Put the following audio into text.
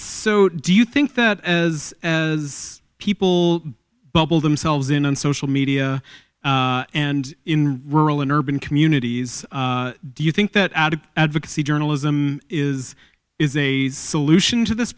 so do you think that as as people bubble themselves in on social media and in rural and urban communities do you think that out of advocacy journalism is is a solution to this